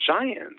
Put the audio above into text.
giants